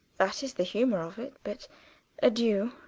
that is the humor of it but adieu